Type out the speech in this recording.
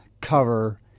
cover